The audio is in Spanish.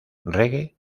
reggae